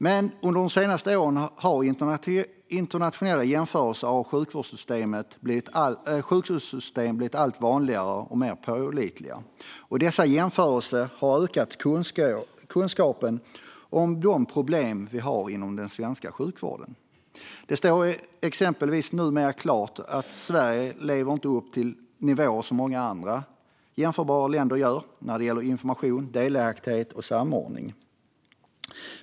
Men under senare år har internationella jämförelser av sjukvårdssystem blivit allt vanligare och mer pålitliga. Dessa jämförelser har ökat kunskapen om de problem som finns i den svenska sjukvården. Det står exempelvis numera klart att Sverige inte lever upp till nivåer som många andra jämförbara länder gör när det gäller information, delaktighet och samordning.